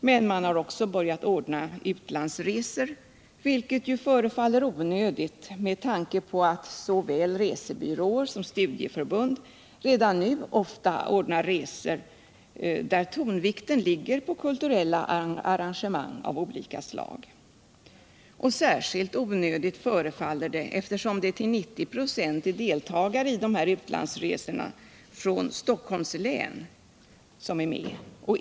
Men man har också börjat ordna utlandsresor, vilket förefaller onödigt med tanke på att så väl resebyråer som studieförbund redan nu ofta ordnar resor, där tonvikten ligger på kulturella arrangemang av olika slag. Särskilt onödigt förefaller det eftersom det till 90 ”, är deltagare från Stockholms län som är med på utlandsresorna.